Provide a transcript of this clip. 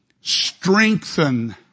strengthen